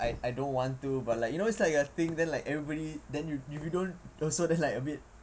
I I don't want to but like you know it's like a thing then like everybody then you you you don't go so then like a bit